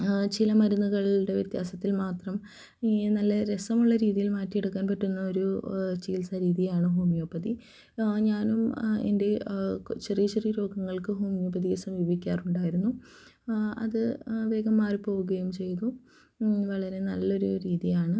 ചില മരുന്നുകളുടെ വ്യത്യാസത്തിൽ മാത്രം ഈ നല്ല രസമുള്ള രീതിയിൽ മാറ്റിയെടുക്കാൻ പറ്റുന്ന ഒരു ചികിത്സാ രീതിയാണ് ഹോമിയോപ്പതി ഞാനും എൻ്റെ ചെറിയ ചെറിയ രോഗങ്ങൾക്ക് ഹോമിയോപ്പതിയെ സമീപിക്കാറുണ്ടായിരുന്നു അത് വേഗം മാറിപ്പോവുകയും ചെയ്തു വളരെ നല്ലൊരു രീതിയാണ്